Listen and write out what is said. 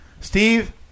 Steve